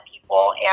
people